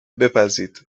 بپزید